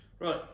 Right